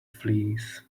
fleas